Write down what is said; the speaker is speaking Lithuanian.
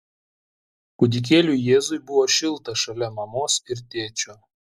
kūdikėliui jėzui buvo šilta šalia mamos ir tėčio